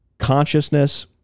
Consciousness